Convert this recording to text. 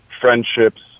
friendships